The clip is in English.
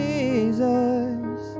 Jesus